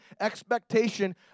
expectation